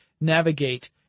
navigate